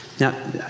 Now